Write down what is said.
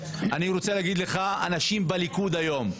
אני רוצה להגיד לך, אנשים בליכוד היום,